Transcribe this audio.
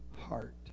heart